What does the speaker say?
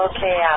Okay